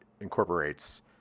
incorporates